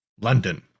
London